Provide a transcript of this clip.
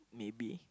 maybe